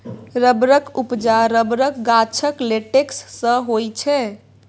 रबरक उपजा रबरक गाछक लेटेक्स सँ होइ छै